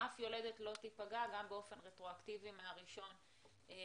שאף יולדת לא תיפגע גם באופן רטרואקטיבי מה-1 לינואר.